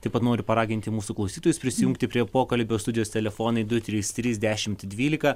taip pat noriu paraginti mūsų klausytojus prisijungti prie pokalbių studijos telefonai du trys trys dešimt dvylika